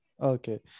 Okay